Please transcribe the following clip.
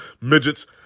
midgets